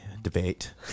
Debate